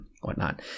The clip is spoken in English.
whatnot